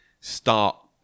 start